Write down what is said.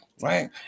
right